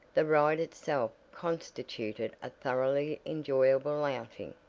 the ride itself constituted a thoroughly enjoyable outing.